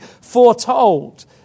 foretold